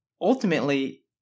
ultimately